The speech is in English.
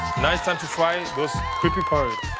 now it's time to fry those creepy crawlers. a